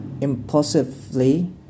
Impulsively